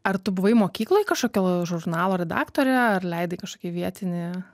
ar tu buvai mokykloj kažkokio žurnalo redaktore ar leidai kažkokį vietinį